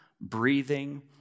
breathing